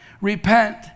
repent